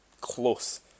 close